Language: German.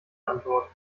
antwort